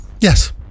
yes